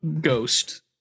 ghost